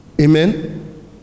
Amen